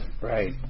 right